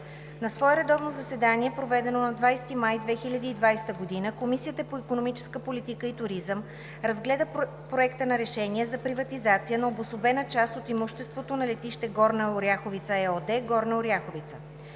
На свое редовно заседание, проведено на 20 май 2020 г., Комисията по икономическа политика и туризъм разгледа Проекта на решение за приватизация на обособена част от имуществото на „Летище Горна Оряховица“ ЕООД – Горна Оряховица.